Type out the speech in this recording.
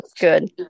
Good